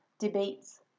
debates